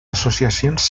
associacions